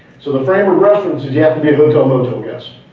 so the frame of reference says you have to be a hotel, motel guest.